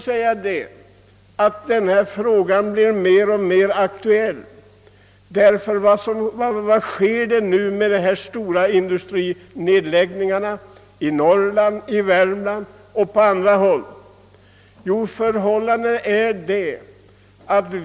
Bostadsfrågan blir också mer och mer aktuell genom de många industrinedläggningar som nu företages i Norrland, Värmland och på andra håll.